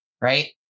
right